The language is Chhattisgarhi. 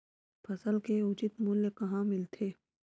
फसल के उचित मूल्य कहां मिलथे?